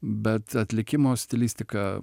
bet atlikimo stilistika